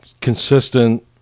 consistent